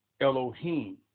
Elohim